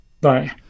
Bye